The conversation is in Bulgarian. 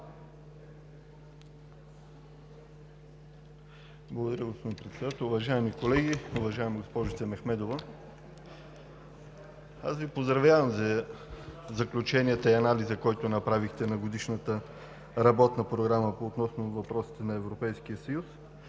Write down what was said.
Благодаря, господин Председател. Уважаеми колеги! Уважаема госпожице Мехмедова, поздравявам Ви за заключенията и анализа, който направихте на Годишната работна програма по въпросите на Европейския съюз,